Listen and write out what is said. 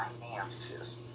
finances